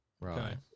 Right